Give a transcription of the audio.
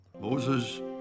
Moses